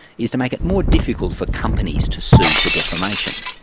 is to make it more difficult for companies to sue for defamation.